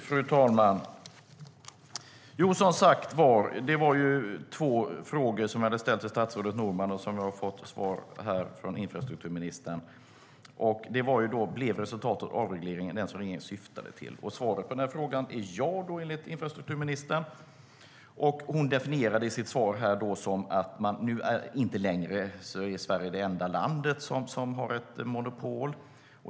Fru talman! Det var alltså två frågor som jag ställde till statsrådet Norman och som jag nu har fått svar på från infrastrukturministern. Den ena är: Blev resultatet av avregleringen det som regeringen syftade till? Svaret på den frågan är alltså enligt infrastrukturministern ja. Hon definierar det i sitt svar som att Sverige nu inte längre är det enda landet som har monopol.